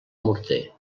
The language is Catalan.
morter